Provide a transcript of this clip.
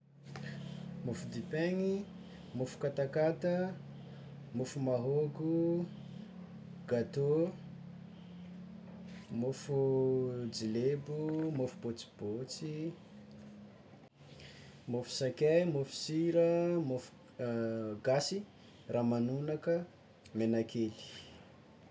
Mofo dipainy, mofo katakata, mofo mahôgo, gateau, mofo jilebo, mofo bôtsibôtsy, mofo sakay, mofo sira, mofo gasy, ramanonaka, menakely.